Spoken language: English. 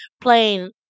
Playing